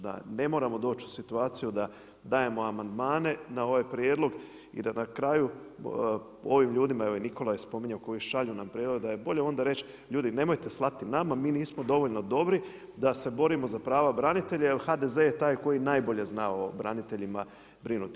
Da ne moramo doći u situaciju da dajemo amandmane na ovaj prijedlog i da na kraju ovim ljudima, evo i Nikola je spominjao koji šalju nam prijedloge da je bolje onda reći ljudi nemojte slati nama mi nismo dovoljno dobri da se borimo za prava branitelja jer HDZ je taj koji najbolje zna o braniteljima brinuti.